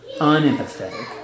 unempathetic